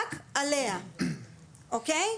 רק עליה, אוקי?